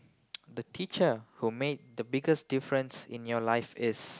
the teacher who made the biggest difference in your life is